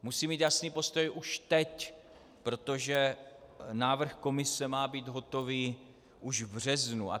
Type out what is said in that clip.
Musí mít jasný postoj už teď, protože návrh Komise má být hotový už v březnu.